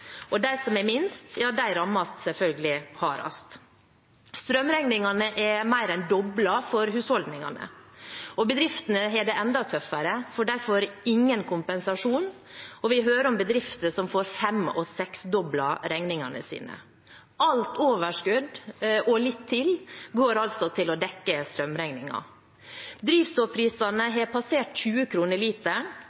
og de som har minst, rammes selvfølgelig hardest. Strømregningene er mer enn doblet for husholdningene. Bedriftene har det enda tøffere, for de får ingen kompensasjon, og vi hører om bedrifter som får fem- og seksdoblet regningene sine. Alt overskudd – og litt til – går altså til å dekke strømregningen. Drivstoffprisene